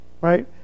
Right